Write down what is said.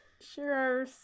sure